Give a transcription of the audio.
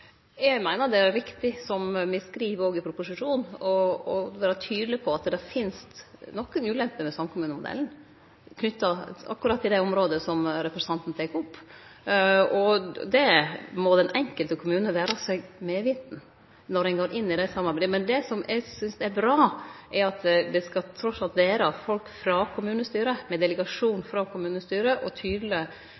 Eg meiner det er riktig, som me skriv òg i proposisjonen, å vere tydeleg på at det finst nokre ulemper ved samkommunemodellen knytte akkurat til det området som representanten tek opp, og det må den enkelte kommunen vere medveten om når ein går inn i det samarbeidet. Men det som eg synest er bra, er at det skal trass alt vere folk frå kommunestyret, med delegasjon